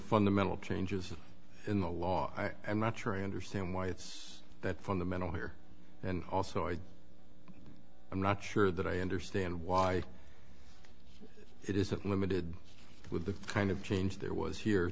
fundamental changes in the law and not trained or stand why it's that fundamental here and also i i'm not sure that i understand why it isn't limited with the kind of change there was here